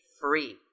free